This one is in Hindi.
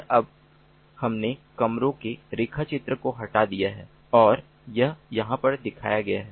और अब हमने कमरों के रेखाचित्र को हटा दिया है और यह यहाँ पर दिखाया गया है